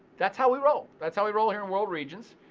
that's how we roll. that's how we roll here in world regions.